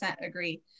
agree